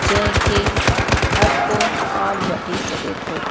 जंहिं खे हरु को कोन वठी सघे थो